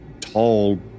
tall